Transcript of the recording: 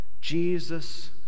Jesus